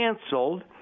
canceled